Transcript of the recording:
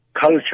Culture